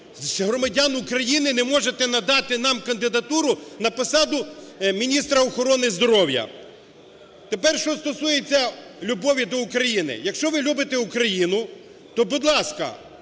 громадян України не можете надати нам кандидатуру на посаду міністра охорони здоров'я. Тепер що стосується любові до України. Якщо ви любите Україну, то, будь ласка,